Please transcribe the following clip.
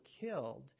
killed